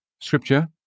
Scripture